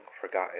forgotten